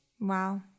Wow